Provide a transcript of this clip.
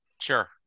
sure